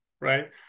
right